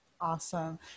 Awesome